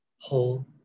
whole